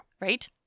Right